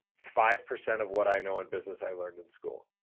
five percent of what i know in business i learned in school.